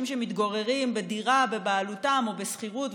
שמתגוררים בדירה שהיא בבעלותם או בשכירות,